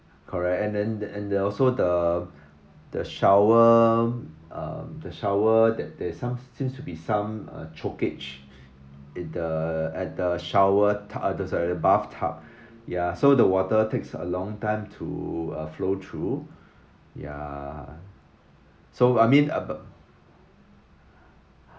correct and then and there also the the shower um the shower that there's some seems to be some uh chokage at the at the shower tub eh sorry the bathtub ya so the water takes a long time to uh flow through ya so I mean uh